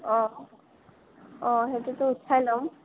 অঁ অঁ সেইটোতো উঠাই লম